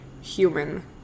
human